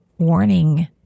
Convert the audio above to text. warning